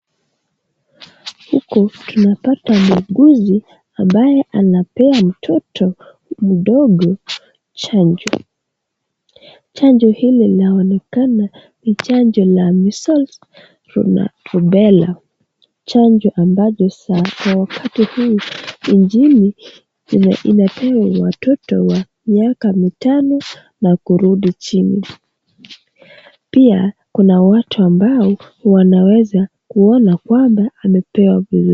huku tunapata kuuguzi ambaye anapea mtoto mdogo chanjo, chanjo hili linaonekana ni chanjo la missiles na arubella chanjo ambalo kwa wakati huu mjini imepewa watoto wa miaka mitano kurudi chini, pia kuna watu ambao wanaweza kuona kwamba amepewa vizuri